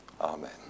Amen